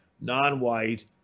non-white